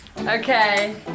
okay